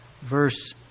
verse